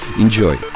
Enjoy